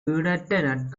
ஈடற்ற